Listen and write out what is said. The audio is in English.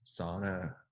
sauna